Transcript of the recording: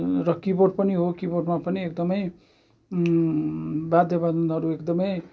र किबोर्ड पनि हो किबोर्डमा पनि एकदमै वद्यवादनहरू एकदमै